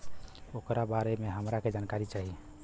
ओकरा बारे मे हमरा के जानकारी चाही?